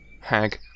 hag